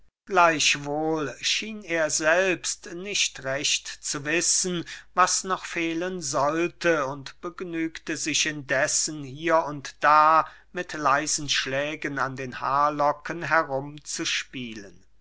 gleichwohl schien er selbst nicht recht zu wissen was noch fehlen sollte und begnügte sich indessen hier und da mit leisen schlägen an den haarlocken herum zu spielen